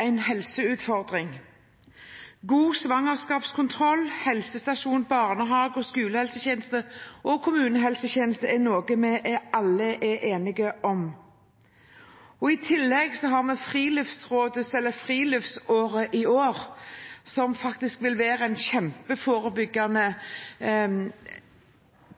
en helseutfordring. God svangerskapskontroll, helsestasjon, barnehage, skolehelsetjeneste og kommunehelsetjeneste er noe vi alle er enige om at vi skal ha. I tillegg har vi i år friluftsåret, som faktisk vil være et kjempeforbyggende